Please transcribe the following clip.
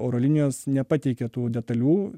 oro linijos nepateikė tų detalių